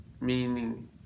meaning